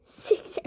Six